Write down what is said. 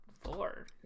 Four